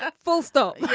ah full stop yeah